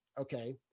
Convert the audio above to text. okay